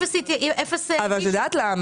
יודעת למה?